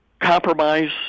compromise